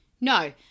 No